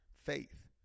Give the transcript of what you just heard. faith